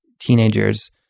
Teenagers